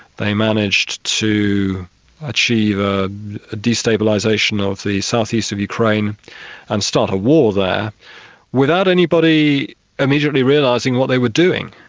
they managed to achieve a destabilisation of the south-east of ukraine and start a war there without anybody immediately realising what they were doing.